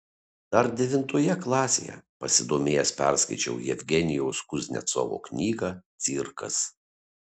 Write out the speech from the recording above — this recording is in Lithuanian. dar devintoje klasėje susidomėjęs perskaičiau jevgenijaus kuznecovo knygą cirkas